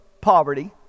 poverty